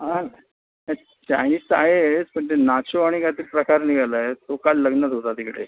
हां चायनीज तर आहेच पण ते नाचो आणि काहीतरी प्रकार निघाला आहे तो काल लग्नात होता तिकडे